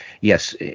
yes